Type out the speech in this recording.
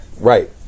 Right